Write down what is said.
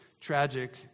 tragic